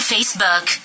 Facebook